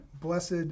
blessed